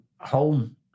home